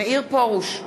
מאיר פרוש,